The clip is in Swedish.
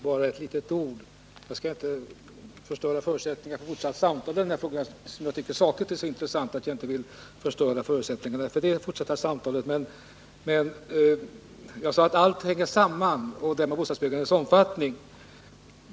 Herr talman! Bara några få ord: Jag skall inte förstöra förutsättningarna för en fortsatt debatt i den här frågan, som jag tycker rent sakligt är så intressant att jag inte vill göra det. Jag sade att allt hänger samman, och det gäller också bostadsbyggandets omfattning.